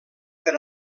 per